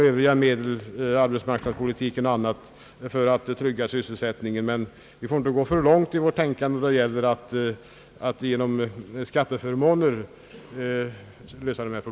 Övriga medel, arbetsmarknadspolitik och annat, skall givetvis användas för att trygga sysselsättningen, men vi får inte gå för långt i vårt tänkande att lösa problemen genom skatteförmåner.